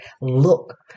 look